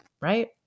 right